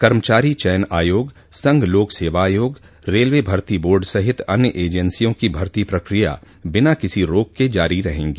कर्मचारी चयन आयोग संघ लोक सेवा आयोग रेलवे भर्ती बोर्ड सहित अन्य एजेंसियों की भर्ती प्रक्रिया बिना किसी रोक के जारी रहेंगी